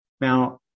Now